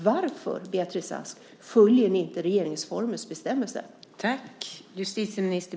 Varför, Beatrice Ask, följer ni inte regeringsformens bestämmelser?